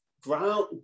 ground